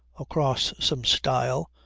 across some stile,